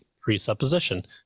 presupposition